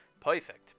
Perfect